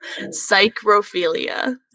Psychrophilia